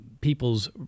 people's